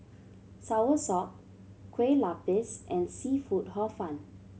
soursop Kueh Lapis and seafood Hor Fun